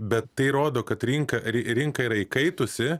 bet tai rodo kad rinka rinka yra įkaitusi